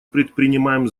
предпринимаем